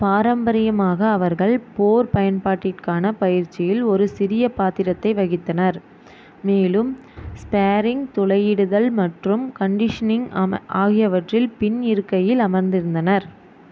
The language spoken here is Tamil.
பாரம்பரியமாக அவர்கள் போர் பயன்பாட்டிற்கான பயிற்சியில் ஒரு சிறிய பாத்திரத்தை வகித்தனர் மேலும் ஸ்பேரிங் துளையிடுதல் மற்றும் கண்டிஷனிங் ஆகியவற்றில் பின் இருக்கையில் அமர்ந்து இருந்தனர்